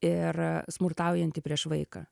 ir smurtaujanti prieš vaiką